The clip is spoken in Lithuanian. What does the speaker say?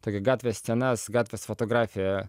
tokią gatvės scenas gatvės fotografiją